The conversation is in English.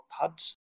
pads